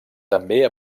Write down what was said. també